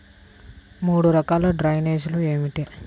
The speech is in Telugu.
మూడు రకాల డ్రైనేజీలు ఏమిటి?